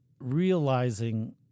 realizing